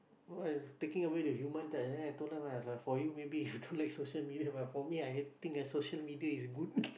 what if taking away the human touch and then I told them lah for you maybe don't like social media but for me I think that social media is good